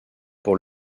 pour